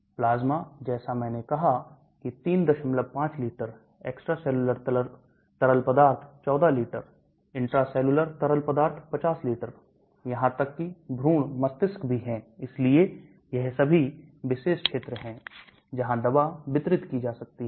plasma जैसा मैंने कहा की 35 लीटर extracellular तरल पदार्थ 14 लीटर intracellular तरल पदार्थ 50 लीटर यहां तक कि भ्रूण मस्तिष्क भी है इसलिए यह सभी विशेष क्षेत्र है जहां दवा वितरित की जा सकती है